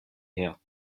her